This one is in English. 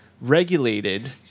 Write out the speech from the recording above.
regulated